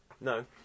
No